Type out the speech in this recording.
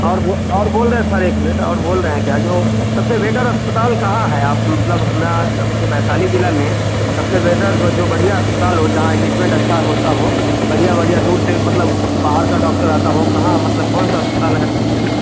और बोल और बोल रहे हैं सर एक मिनट और बोल रहे हैं क्या जो सबसे बेटर अस्पताल कहाँ है आप मतलब हमें आपके वैशाली ज़िला में सबसे बेहतर जो बढ़िया अस्पताल हो जहाँ ट्रीटमेंट अच्छा होता हो बढ़िया बढ़िया दूर से मतलब बाहर का डॉक्टर आता हो कहाँ मतलब कौनसा अस्पताल है आपके ज़िला में